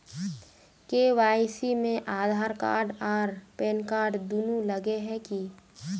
KYC में Aadhaar card आर PAN card दुनू लगे है की?